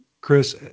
Chris